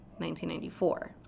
1994